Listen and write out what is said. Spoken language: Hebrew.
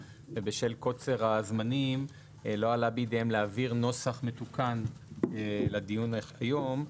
ובשל קוצר הזמנים לא עלה בידיהם להעביר נוסח מתוקן לדיון היום,